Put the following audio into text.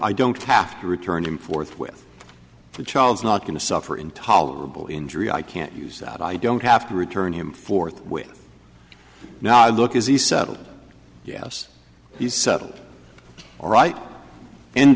i don't have to return and forth with the child's not going to suffer intolerable injury i can't use that i don't have to return him forthwith now i look is the settled yes he's settled all right end